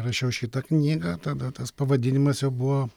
rašiau šitą knygą tada tas pavadinimas jau buvo